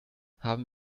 haben